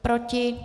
Proti?